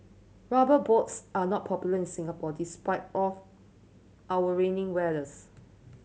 Rubber Boots are not popular in Singapore despite O our rainy weathers